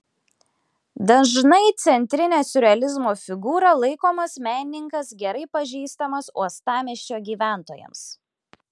dažnai centrine siurrealizmo figūra laikomas menininkas gerai pažįstamas uostamiesčio gyventojams